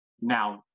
now